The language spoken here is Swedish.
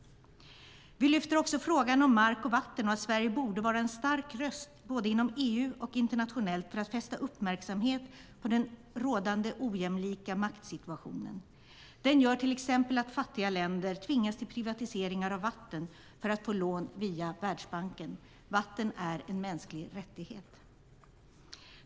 Vi lyfter också fram frågan om mark och vatten och att Sverige borde vara en stark röst både inom EU och internationellt för att fästa uppmärksamhet på den rådande ojämlika maktsituationen. Den gör till exempel att fattiga länder tvingas till privatiseringar av vatten för att få lån via Världsbanken. Vatten är en mänsklig rättighet.